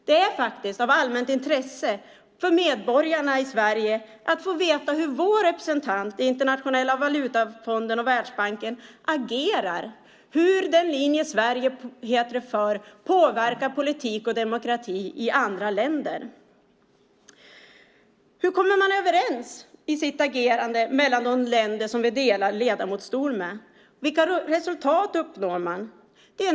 Det är faktiskt av allmänt intresse för medborgarna i Sverige att få veta hur vår representant i Internationella valutafonden och Världsbanken agerar och hur den linje Sverige följer påverkar politik och demokrati i andra länder. Hur kommer man överens i sitt agerande mellan de länder som vi delar ledamotsstol med? Vilka resultat uppnår man?